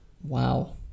Wow